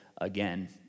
again